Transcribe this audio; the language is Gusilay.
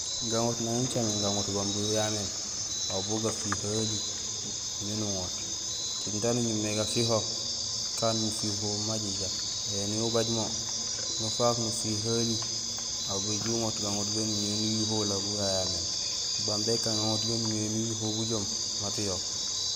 Gaŋoot nang ucaméén gaŋoot go imbi uyuméén aw bu gafihohali miin uŋoot tiin taan uñumé gafiho kaan mufihohum majajak éni ubaj mo nufaak nufihohali aw béju uŋoot gaŋoot gaan imimé éni uyuhohul aw bu gayaméén baan békaan gaŋoot gaan imiré éni uyuhohul bujoom mat uyook.